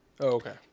okay